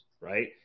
right